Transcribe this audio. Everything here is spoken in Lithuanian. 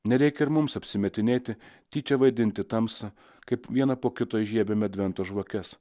nereik ir mums apsimetinėti tyčia vaidinti tamsą kaip vieną po kito įžiebiame advento žvakes